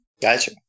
Gotcha